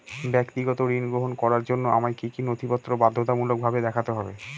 ব্যক্তিগত ঋণ গ্রহণ করার জন্য আমায় কি কী নথিপত্র বাধ্যতামূলকভাবে দেখাতে হবে?